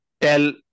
tell